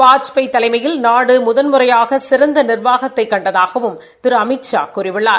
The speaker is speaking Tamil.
வாஜ்பாய் தலைமையில் நாடு முதன்முறையாக சிறந்த நிர்வாகத்தைக் கண்டதாகவும் திரு அமித்ஷா கூறியுள்ளார்